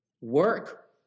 work